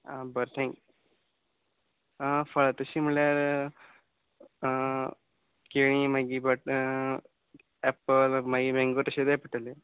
आ बर ठँक् आ फळां तशीं म्हळ्ळ्यार केळीं मागीर बट एप्पल माई मँगो तशे जाय पडटलें